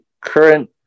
current